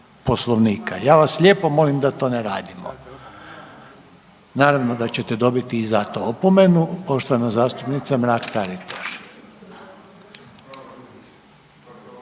Ja vas lijepo molim da to ne radimo. Naravno da ćete dobiti i za to opomenu, poštovana zastupnica Mrak-Taritaš.